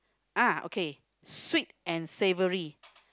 ah okay sweet and savoury